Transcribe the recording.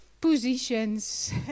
positions